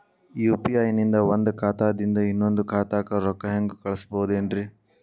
UPI ನಿಂದ ಒಂದ್ ಖಾತಾದಿಂದ ಇನ್ನೊಂದು ಖಾತಾಕ್ಕ ರೊಕ್ಕ ಹೆಂಗ್ ಕಳಸ್ಬೋದೇನ್ರಿ?